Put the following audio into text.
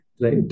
Right